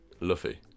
Luffy